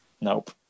Nope